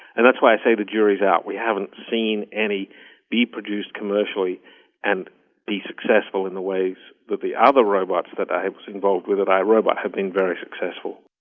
and that's why i say the jury is out, we haven't seen any be produced commercially and be successful in the way that the other robots that i was involved with at irobot have been very successful.